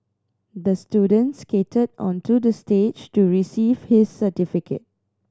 the student skated onto the stage to receive his certificate